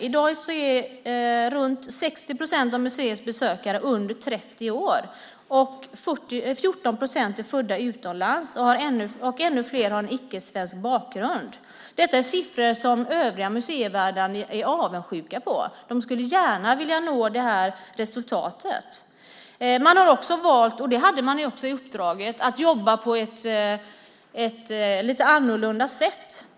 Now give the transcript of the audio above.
I dag är runt 60 procent av museets besökare under 30 år, 14 procent är födda utomlands, och ännu fler har en icke-svensk bakgrund. Detta är siffror som övriga museer är avundsjuka på. De skulle gärna vilja nå detta resultat. Enligt uppdraget skulle man jobba på ett lite annorlunda sätt.